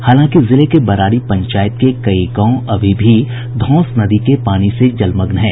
हालांकि जिले के बरारी पंचायत के कई गांव अभी भी धौंस नदी के पानी से जलमग्न हैं